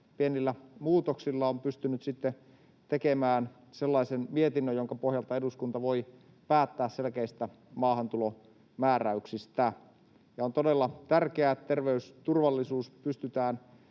pienillä muutoksilla on pystynyt sitten tekemään sellaisen mietinnön, jonka pohjalta eduskunta voi päättää selkeistä maahantulomääräyksistä. On todella tärkeää, että terveysturvallisuus pystytään